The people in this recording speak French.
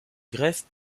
greffe